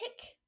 Tick